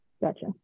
Gotcha